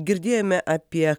girdėjome apie